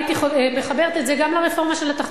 הייתי מחברת את זה גם לרפורמה בתחבורה,